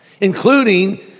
including